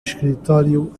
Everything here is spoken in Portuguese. escritório